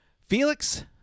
Felix